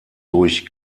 durch